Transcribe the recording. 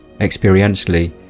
experientially